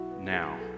now